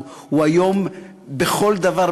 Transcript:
הוא היום בכל דבר,